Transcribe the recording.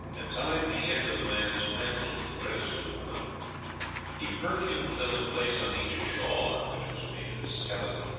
and tied the end of the man's mantle to the dress of the woman he perfumed them, and placed on each a shawl on which was painted a skeleton,